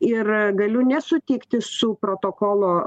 ir galiu nesutikti su protokolo